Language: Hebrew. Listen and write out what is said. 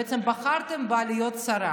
בעצם בחרתם בה להיות שרה,